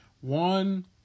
one